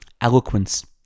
Eloquence